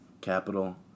capital